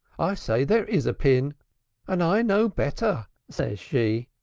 i say there is a pin and i know better says she.